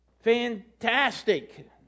fantastic